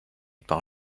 par